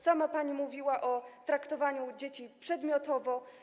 Sama pani mówiła o traktowaniu dzieci przedmiotowo.